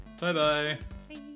bye-bye